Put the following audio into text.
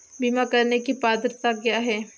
बीमा करने की पात्रता क्या है?